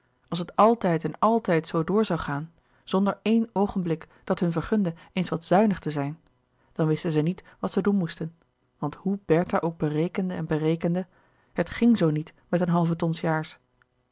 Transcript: als het altijd en altijd zoo door zoû gaan zonder éen oogenblik dat hun vergunde eens wat zuinig te zijn dan wisten zij niet wat zij doen moesten want hoe bertha ook berekende en berekende het ging zoo niet met een halve ton s jaars